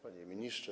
Panie Ministrze!